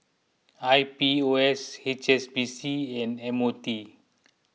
I P O S H S B C and M O T